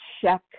check